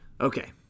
Okay